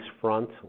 front